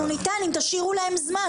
אנחנו ניתן אם תשאירו להם זמן,